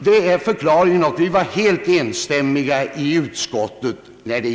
Det är förklaringen, och vi var helt eniga i utskottet.